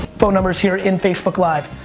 phone numbers here in facebook live.